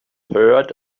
heard